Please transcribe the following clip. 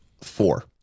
Four